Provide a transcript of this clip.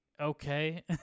okay